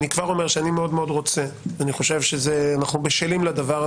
אני כבר אומר שאני מאוד מאוד רוצה ואני חושב שאנחנו בשלים לדבר הזה.